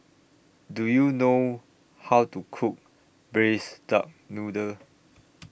Do YOU know How to Cook Braised Duck Noodle